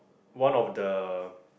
one of the